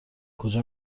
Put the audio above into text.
کجا